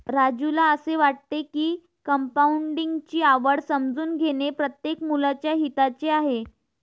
राजूला असे वाटते की कंपाऊंडिंग ची आवड समजून घेणे प्रत्येक मुलाच्या हिताचे आहे